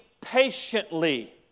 patiently